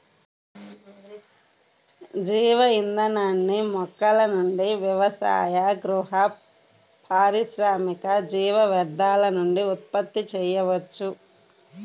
జీవ ఇంధనాన్ని మొక్కల నుండి వ్యవసాయ, గృహ, పారిశ్రామిక జీవ వ్యర్థాల నుండి ఉత్పత్తి చేయవచ్చు